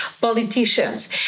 politicians